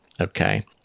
okay